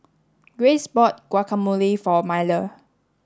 Grace bought Guacamole for Miller